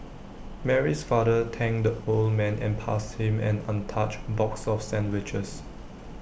Mary's father thanked the old man and passed him an untouched box of sandwiches